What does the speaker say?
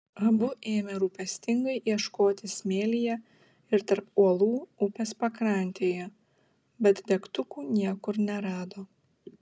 abu ėmė rūpestingai ieškoti smėlyje ir tarp uolų upės pakrantėje bet degtukų niekur nerado